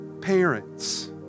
Parents